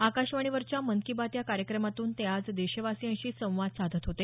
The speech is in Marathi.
आकाशवाणीवरच्या मन की बात या कार्यक्रमातून ते आज देशवासीयांशी संवाद साधत होते